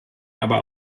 aber